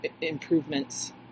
improvements